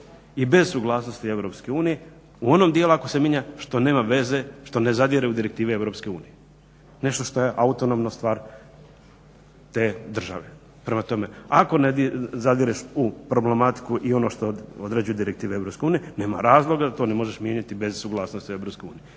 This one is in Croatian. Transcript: i bez suglasnosti Europske unije u onom dijelu ako se mijenja što nema veze, što ne zadire u direktive Europske unije. Nešto što je autonomno stvar te države. Prema tome, ako zadireš u problematiku i ono što određuju direktive Europske unije nema razloga da to ne možeš mijenjati bez suglasnosti